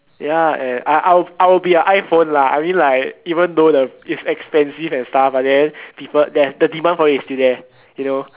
ya and I I'll I'll be a I phone lah I mean like even though the is expensive and stuff but then people then the demand for it is still there you know